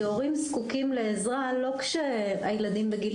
הוא שהורים זקוקים לעזרה לא כשהילדים בגיל